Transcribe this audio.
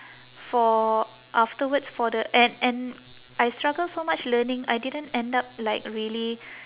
for afterwards for the and and I struggle so much learning I didn't end up like really